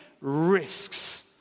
risks